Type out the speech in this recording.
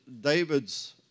David's